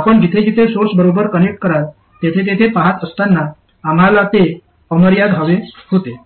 आपण जिथे जिथे सोर्स बरोबर कनेक्ट कराल तेथे तेथे पहात असताना आम्हाला ते अमर्याद हवे होते